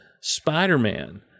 spider-man